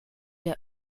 der